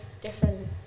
different